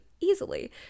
easily